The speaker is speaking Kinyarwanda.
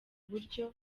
buryo